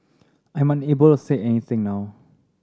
I am unable to say anything now